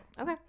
okay